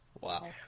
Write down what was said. Wow